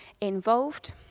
involved